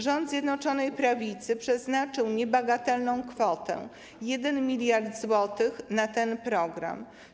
Rząd Zjednoczonej Prawicy przeznaczył niebagatelną kwotę 1 mld zł na ten program.